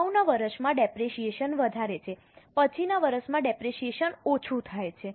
અગાઉના વર્ષમાં ડેપરેશીયેશન વધારે છે પછીના વર્ષમાં ડેપરેશીયેશન ઓછું થાય છે